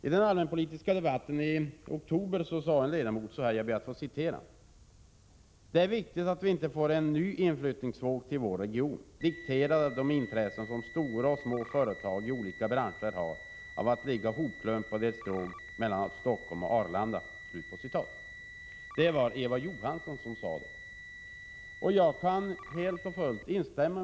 I den allmänpolitiska debatten i oktober sade en ledamot: ”Det är viktigt att vi inte får en ny inflyttningsvåg till vår region, dikterad av de intressen som stora och små företag i olika branscher har av att ligga hopklumpade i ett stråk mellan Stockholm och Arlanda.” Det var Eva Johansson som sade det. Jag kan helt och fullt instämma.